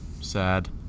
Sad